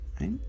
right